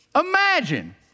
Imagine